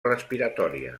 respiratòria